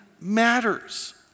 matters